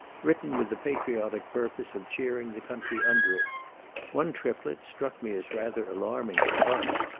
written with the patriotic purpose of cheering the country under it one triplet struck me as rather alarming for us,